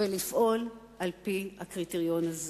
ולפעול על-פי הקריטריון הזה.